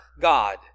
God